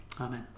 Amen